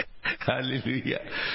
Hallelujah